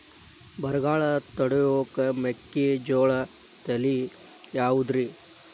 ಬರಗಾಲ ತಡಕೋ ಮೆಕ್ಕಿಜೋಳ ತಳಿಯಾವುದ್ರೇ?